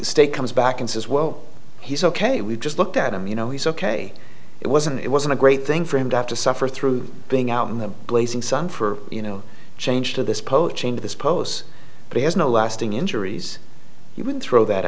state comes back and says well he's ok we just looked at him you know he's ok it wasn't it wasn't a great thing for him to have to suffer through being out in the blazing sun for you know change to this poaching to this pose but he has no lasting injuries he would throw that